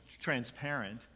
transparent